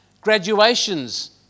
Graduations